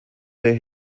der